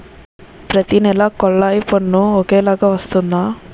ప్రతి నెల కొల్లాయి పన్ను ఒకలాగే వస్తుందా?